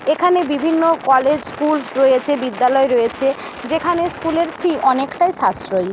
এখানে বিভিন্ন college schools রয়েছে বিদ্যালয় রয়েছে যেখানে স্কুলের ফি অনেকটাই সাশ্রয়ী